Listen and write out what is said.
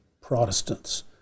Protestants